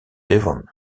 devon